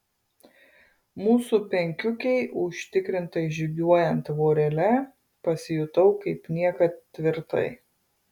mūsų penkiukei užtikrintai žygiuojant vorele pasijutau kaip niekad tvirtai